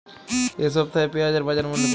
এ সপ্তাহে পেঁয়াজের বাজার মূল্য কত?